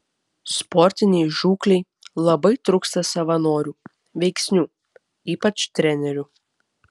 sportinei žūklei labai trūksta savanorių veiksnių ypač trenerių